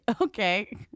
Okay